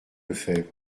lefebvre